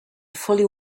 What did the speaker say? fully